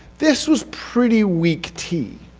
this was pretty weak tea.